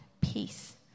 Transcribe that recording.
peace